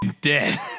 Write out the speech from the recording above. dead